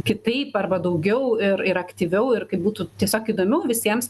kitaip arba daugiau ir ir aktyviau ir kaip būtų tiesiog įdomiau visiems